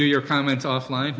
do your comments offline